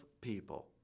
people